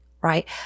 right